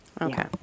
Okay